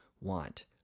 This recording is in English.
want